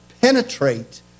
penetrate